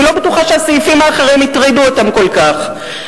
אני לא בטוחה שהסעיפים האחרים הטרידו אותם כל כך.